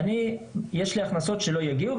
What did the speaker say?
כך שיש לי הכנסות שלא יגיעו,